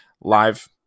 live